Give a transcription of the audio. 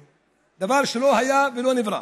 דבר שלא היה ולא נברא.